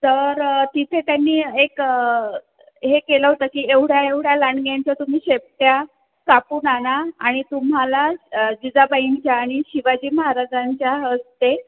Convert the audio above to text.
तर तिथे त्यांनी एक हे केलं होतं की एवढ्या एवढ्या लाडग्यांच्या तुम्ही शेपट्या कापून आणा आणि तुम्हाला जिजाबाईंच्या आणि शिवाजी महाराजांच्या हस्ते